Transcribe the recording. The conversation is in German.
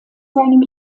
seinem